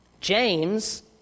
James